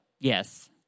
Yes